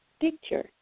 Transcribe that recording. picture